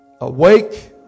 Awake